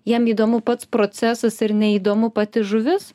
jiem įdomu pats procesas ir neįdomu pati žuvis